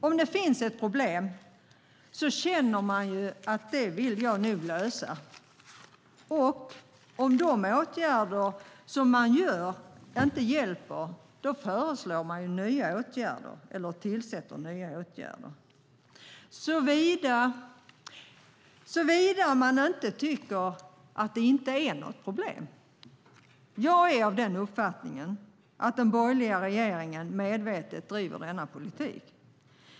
Om det finns ett problem känner man ju att man vill lösa det. Och om de åtgärder som man vidtar inte hjälper föreslår eller vidtar man nya åtgärder - såvida man inte tycker att det inte är något problem. Jag är av den uppfattningen att den borgerliga regeringen medvetet driver denna politik.